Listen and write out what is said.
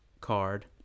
card